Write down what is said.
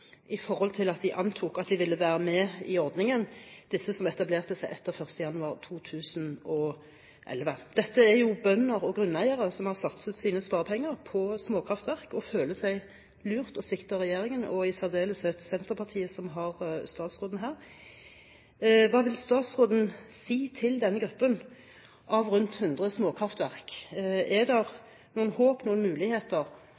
antok at de ville være med i ordningen. Dette er jo bønder og grunneiere som har satset sine sparepenger på småkraftverk, og som føler seg lurt og sviktet av regjeringen, og i særdeleshet av Senterpartiet som har statsråden her. Hva vil statsråden si til denne gruppen på rundt 100 småkraftverk? Når det gjelder disse, er